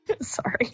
Sorry